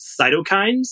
cytokines